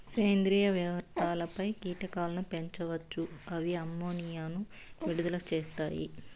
సేంద్రీయ వ్యర్థాలపై కీటకాలను పెంచవచ్చు, ఇవి అమ్మోనియాను విడుదల చేస్తాయి